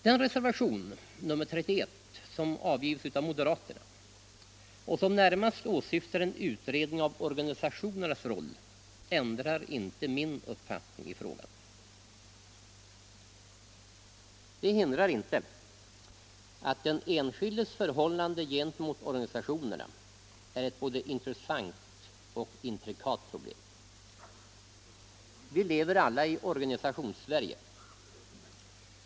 Den reservation, nr 31, som avgivits av moderaterna och som närmast åsyftar en utredning av organisationernas roll ändrar inte min uppfattning i frågan. Det hindrar inte att den enskildes förhållande gentemot organisationerna är ett både intressant och intrikat problem. Vi lever alla i Organisationssverige.